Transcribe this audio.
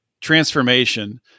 transformation